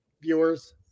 viewers